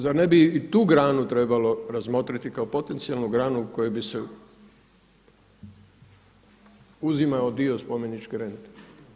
Zar ne bi i tu granu trebalo razmotriti kao potencijalnu granu u kojoj bi se uzimao dio spomeničke rente?